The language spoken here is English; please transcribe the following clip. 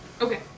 Okay